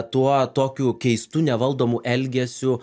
tuo tokiu keistu nevaldomu elgesiu